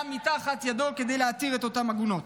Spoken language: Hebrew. מתחת ידו כדי להתיר את אותן עגונות.